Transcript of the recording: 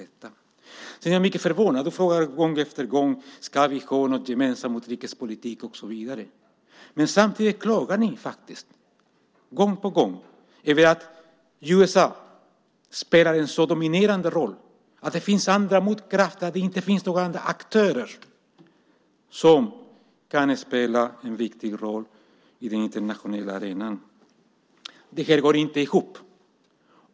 Jag är också mycket förvånad över en annan sak. Du frågar gång på gång om vi ska ha någon gemensam utrikespolitik och så vidare. Samtidigt klagar ni gång på gång över att USA spelar en så dominerande roll att det inte finns några motkrafter och inga andra aktörer som kan spela en viktig roll på den internationella arenan. Det här går inte ihop.